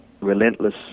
relentless